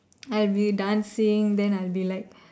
I'll be dancing then I'll be like